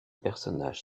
personnage